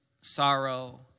Sorrow